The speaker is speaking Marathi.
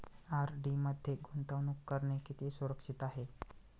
आर.डी मध्ये गुंतवणूक करणे किती सुरक्षित आहे?